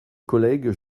collègue